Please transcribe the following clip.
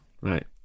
Right